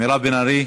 מירב בן ארי,